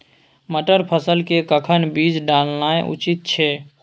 मटर फसल के कखन बीज डालनाय उचित छै?